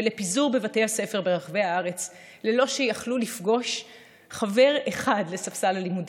ופיזור בבתי הספר ברחבי הארץ ללא שיכלו לפגוש חבר אחד לספסל הלימודים.